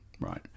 right